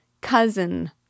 Cousin